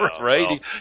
right